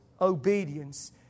obedience